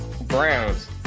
browns